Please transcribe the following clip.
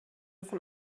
von